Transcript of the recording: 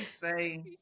say